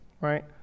right